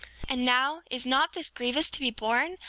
and now, is not this grievous to be borne?